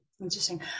interesting